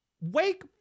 Wake